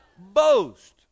Boast